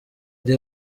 ari